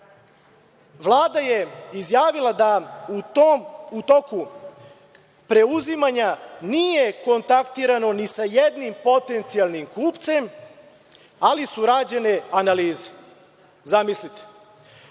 Vlada je izjavila da u toku preuzimanja nije kontaktirano ni sa jednim potencijalnim kupcem, ali su rađene analize. Zamislite. Kada